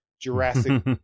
Jurassic